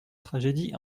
tragédie